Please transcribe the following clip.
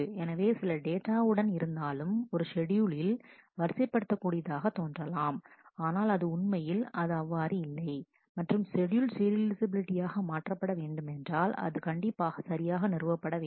எனவேசில data உடன் இருந்தாலும் ஒரு ஷெட்யூலில் வரிசைப்படுத்தக்கூடியதாக தோன்றலாம் ஆனால் அது உண்மையில் அது அவ்வாறு இல்லை மற்றும் ஷெட்யூல் சீரியலைஃசபிலிட்டி ஆக மாற்றப்பட வேண்டுமென்றால் அது கண்டிப்பாகசரியாக நிறுவப்பட வேண்டும்